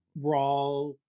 raw